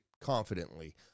confidently